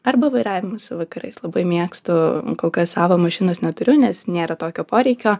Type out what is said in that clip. arba vairavimas vakarais labai mėgstu kol kas savo mašinos neturiu nes nėra tokio poreikio